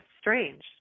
strange